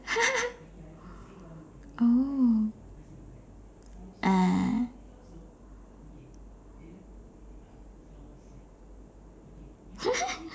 oh ah